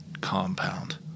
compound